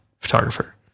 photographer